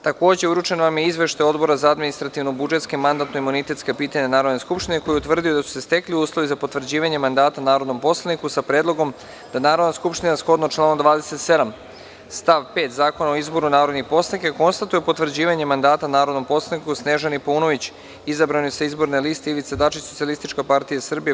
Takođe, uručen vam je Izveštaj Odbora za administrativno-budžetske, mandatno-imunitetske pitanja Narodne skupštine, koji je utvrdio da su se stekli uslovi za potvrđivanje mandata narodnom poslaniku, sa predlogom da Narodna skupština shodno članu 27. stav 5. Zakona o izboru narodnih poslanika, konstatuje potvrđivanjem mandata narodnom poslaniku Snežani Paunović izabrane sa izborne liste Ivica Dačić – SPS – PUPS – JS.